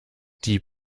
die